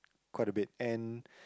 quite a bit and